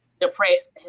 depressed